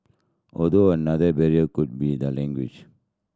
although another barrier could be the language